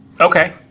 Okay